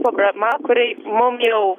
problema kuri mum jau